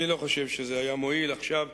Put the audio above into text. אני לא חושב שזה היה מועיל עכשיו.